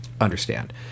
understand